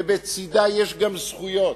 ובצדה יש גם זכויות.